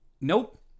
Nope